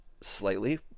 slightly